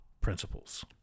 principles